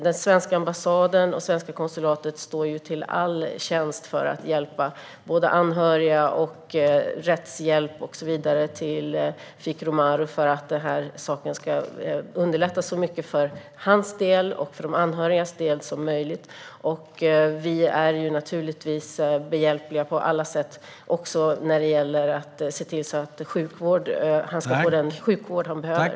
Den svenska ambassaden och det svenska konsulatet står till all tjänst för att hjälpa anhöriga och ge rättshjälp och så vidare till Fikru Maru för att saken ska underlättas så mycket som möjligt för hans del och för de anhörigas del. Vi är naturligtvis behjälpliga på alla sätt också för att se till att han ska få den sjukvård han behöver.